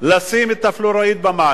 לשים את הפלואוריד במים.